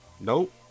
Nope